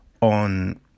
on